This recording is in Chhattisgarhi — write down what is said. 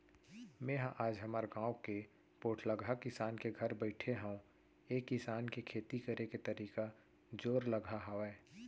मेंहा आज हमर गाँव के पोठलगहा किसान के घर बइठे हँव ऐ किसान के खेती करे के तरीका जोरलगहा हावय